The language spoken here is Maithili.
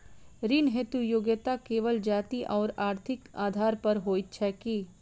ऋण हेतु योग्यता केवल जाति आओर आर्थिक आधार पर होइत छैक की?